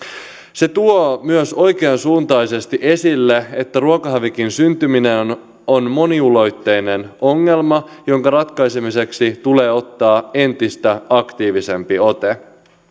se tuo myös oikeansuuntaisesti esille että ruokahävikin syntyminen on on moniulotteinen ongelma jonka ratkaisemiseksi tulee ottaa entistä aktiivisempi ote